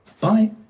Bye